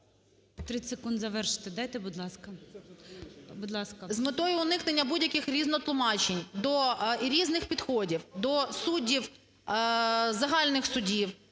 З метою уникнення будь-якихрізнотлумачень до різних підходів, до суддів загальних судів